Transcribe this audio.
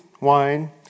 wine